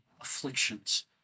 afflictions